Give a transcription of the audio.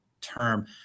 term